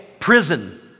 prison